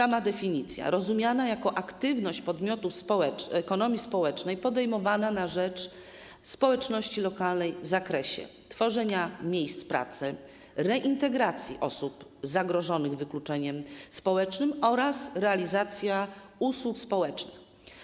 Zgodnie z definicją jest ona rozumiana jako aktywność podmiotów ekonomii społecznej podejmowana na rzecz społeczności lokalnej w zakresie tworzenia miejsc pracy, reintegracji osób zagrożonych wykluczeniem społecznym oraz realizacji usług społecznych.